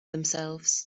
themselves